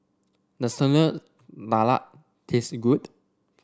does Telur Dadah taste good